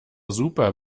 super